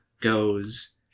goes